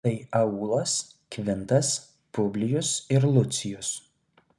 tai aulas kvintas publijus ir lucijus